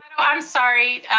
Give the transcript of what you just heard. i'm sorry.